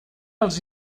els